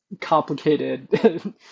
complicated